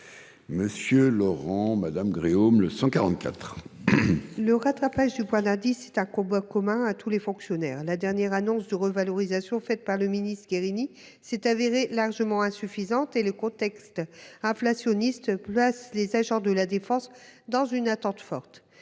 Mme Michelle Gréaume. Le rattrapage du point d'indice est un combat commun à tous les fonctionnaires. La dernière annonce de revalorisation faite par le ministre Guerini s'est avérée largement insuffisante et le contexte inflationniste place les agents de la défense dans une attente forte.